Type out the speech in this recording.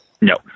No